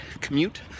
commute